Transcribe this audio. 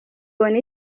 ubona